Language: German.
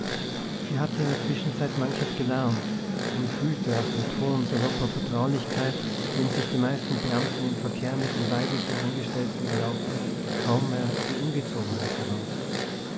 sie hatte in der zwischenzeit manches gelernt und fühlte aus dem ton salopper vertraulichkeit den sich die meisten beamten im verkehr mit den weiblichen angestellten erlaubten kaum mehr die ungezogenheit heraus